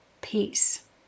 peace